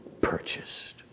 purchased